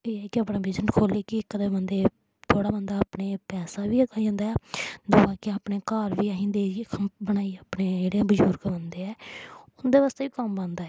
एह् ऐ कि अपना बिजनस खोह्ल्लियै कि इक ते बंदे गी थोह्ड़ा बंदा अपने पैसा बी इक आई जंदा ऐ बाकी अपने घर बी आहीं देइयै ख बनाइयै अपने जेह्ड़े बजुर्ग बंदे ऐ उं'दे बास्तै बी कम्म आंदा ऐ एह्